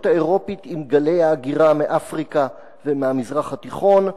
האירופית עם גלי ההגירה מאפריקה ומהמזרח התיכון.